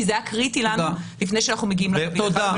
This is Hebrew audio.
כי זה היה קריטי לנו לפני שאנחנו מגיעים להחלטה.